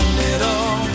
little